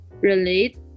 relate